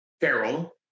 Feral